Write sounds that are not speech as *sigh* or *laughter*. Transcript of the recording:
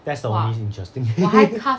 that's the only interesting thing *laughs*